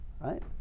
right